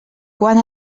quan